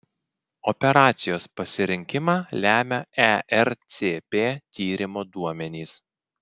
operacijos pasirinkimą lemia ercp tyrimo duomenys